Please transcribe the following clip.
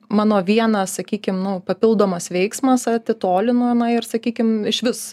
mano vienas sakykim nu papildomas veiksmas atitolino na ir sakykim išvis